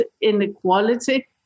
inequality